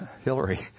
Hillary